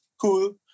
cool